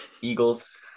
Eagles